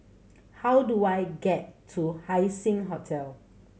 how do I get to Haising Hotel